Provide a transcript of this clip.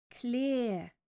clear